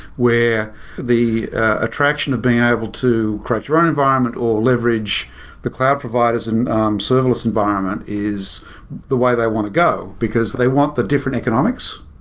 where the attraction of being able to create your own environment, or leverage the cloud providers and serverless environment is the way they want to go, because they want the different economics.